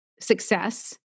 success